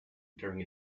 during